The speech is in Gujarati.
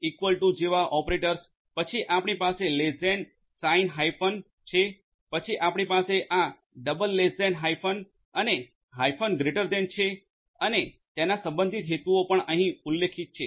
ઈકવલ ટુ જેવા ઓપરેટર્સ પછી આપણી પાસે લેસ્સ ધેન સાઈન હાયફન છે પછી આપણી પાસે આ ડબલ લેસ્સ ધેન હાયફનઅને હાઇફન ગ્રેટર ધેન છે અને તેના સંબંધિત હેતુઓ પણ અહીં ઉલ્લેખિત છે